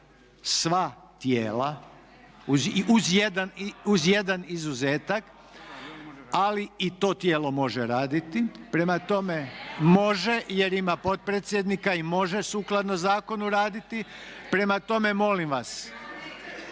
sva tijela uz jedan izuzetak, ali i to tijelo može raditi. …/Upadica: Ne može!/… Može, jer ima potpredsjednika i može sukladno zakonu raditi, prema tome molim vas.